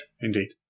Indeed